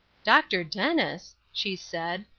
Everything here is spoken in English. dr. dennis! she said,